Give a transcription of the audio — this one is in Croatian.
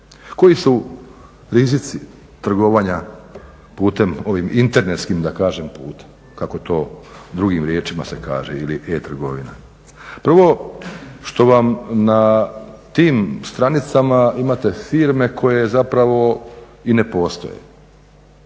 Koji su rizici trgovanja putem, ovim internetskim da kažem putem kako to drugim riječima se kaže ili e-trgovina. Prvo što vam na tim stranicama imate firme koje zapravo i ne postoje